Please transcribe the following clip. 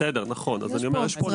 רננה ישראל ב-זום.